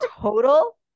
total